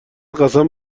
قسم